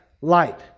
light